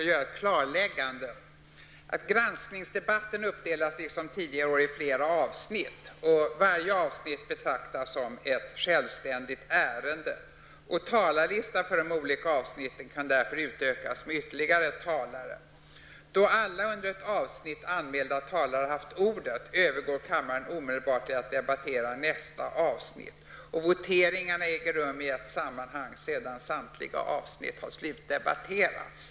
Granskningsdebatten uppdelas liksom tidigare år i flera avsnitt varje avsnitt behandlas som ett självständigt ärende och talarlistan för de olika avsnitten kan därför utökas med ytterligare talare. Då alla under ett avsnitt anmälda talare haft ordet övergår kammaren omdelbart till att debattera nästa avsnitt. Voteringarna äger rum i ett sammanhang sedan samtliga avsnitt slutdebatterats.